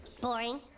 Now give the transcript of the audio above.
Boring